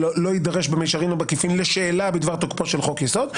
לא יידרש במישרין או בעקיפין לשאלה בדבר תוקפו של חוק יסוד,